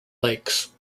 lakes